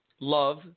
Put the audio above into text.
love